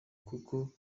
kuko